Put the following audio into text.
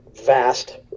vast